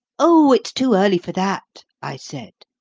oh, it's too early for that, i said.